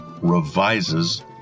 revises